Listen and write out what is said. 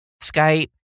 Skype